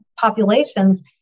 populations